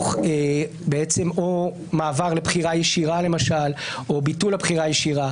למשל במעבר לבחירה ישירה או ביטול הבחירה הישירה,